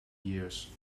years